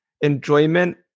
enjoyment